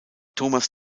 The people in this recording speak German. thomas